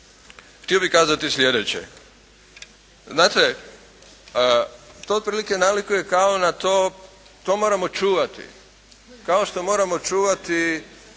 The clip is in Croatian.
htio bih kazati sljedeće, znate to otprilike nalikuje kao na to, to moramo čuvati, kao što moramo čuvati